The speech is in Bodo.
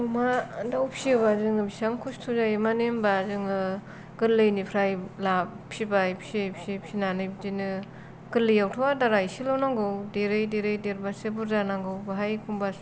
अमा दाउ फिसियोबा जोङो एसेबां खस्थ' जायो मानो होनबा जोङो गोरलैनिफ्राय फिसिबाय फिसियै फिसियै फिसिनानै बिदिनो गोरलैआवथ' आदारा एसेल' नांगौ देरै देरै देरबासो बुर्जा नांगौ बहाय एखनबा